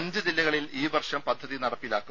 അഞ്ച് ജില്ലകളിൽ ഈ വർഷം പദ്ധതി നടപ്പിലാക്കും